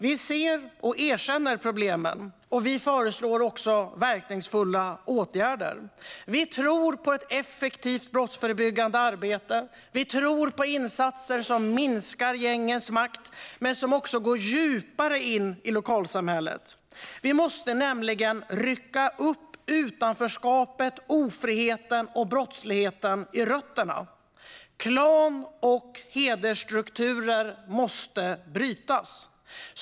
Vi ser och erkänner problemen, och vi föreslår verkningsfulla åtgärder. Vi tror på ett effektivt brottsförebyggande arbete: insatser som minskar gängens makt men som också går djupare in i lokalsamhället. Vi måste nämligen rycka upp utanförskapet, ofriheten och brottsligheten med rötterna. Klan och hedersstrukturer måste brytas.